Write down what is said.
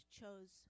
chose